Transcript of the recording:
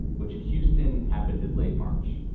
which in houston happened in late march,